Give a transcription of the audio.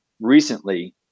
recently